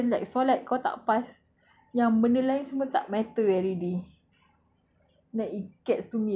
if kau the first question like solat kau tak pass yang benda lain semua tak matter already